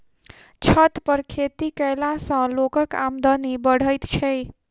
छत पर खेती कयला सॅ लोकक आमदनी बढ़ैत छै